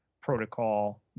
protocol